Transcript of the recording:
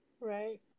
Right